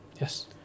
Yes